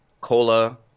Cola